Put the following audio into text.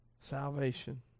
salvation